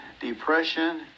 Depression